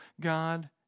God